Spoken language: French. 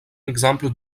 exemple